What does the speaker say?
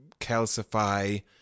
calcify